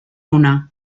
una